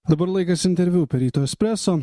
dabar laikas interviu ryto espreso